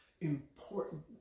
important